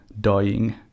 dying